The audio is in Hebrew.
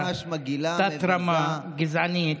בצורה מגעילה, מבזה, תת-רמה, גזענית.